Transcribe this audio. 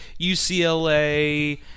UCLA